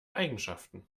eigenschaften